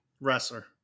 Wrestler